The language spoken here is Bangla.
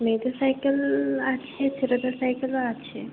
মেয়েদের সাইকেল আছে ছেলেদের সাইকেলও আছে